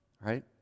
Right